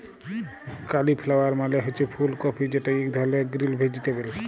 cauliflower মালে হছে ফুল কফি যেট ইক ধরলের গ্রিল ভেজিটেবল